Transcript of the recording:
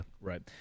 Right